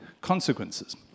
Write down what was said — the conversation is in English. consequences